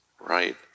right